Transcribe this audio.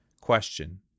Question